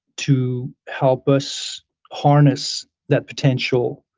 to help us harness that potential.